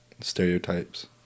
Stereotypes